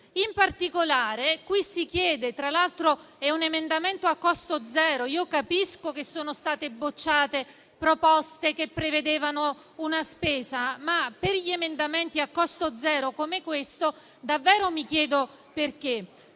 perplessità. Si tratta, tra l'altro, di un emendamento a costo zero. Capisco che siano state bocciate proposte che prevedevano una spesa, ma per gli emendamenti a costo zero come questo davvero mi chiedo il